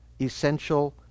essential